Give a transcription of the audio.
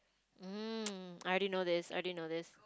mm I already know this I already know this